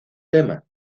tema